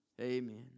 amen